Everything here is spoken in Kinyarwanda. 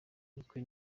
ubukwe